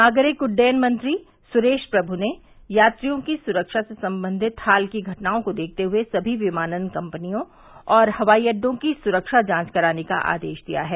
नागरिक उड्डयन मंत्री सुरेश प्रष् ने यात्रियों की सुरक्षा से संबंधित हाल की घटनाओं को देखते हए समी विमानन कंपनियों और हवाई अड्डों की सुरक्षा जांच करने का आदेश दिया है